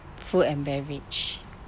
food and beverage